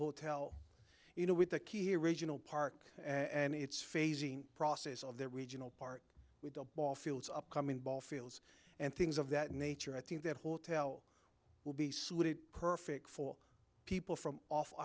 hotel you know with the key here regional park and it's phasing process of their regional park with the ball fields upcoming ball fields and things of that nature i think that hotel will be suited perfect for people from off